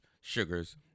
sugars